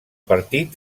partit